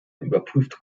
überprüft